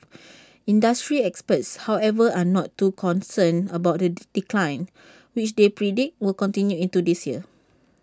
industry experts however are not too concerned about the decline which they predict will continue into this year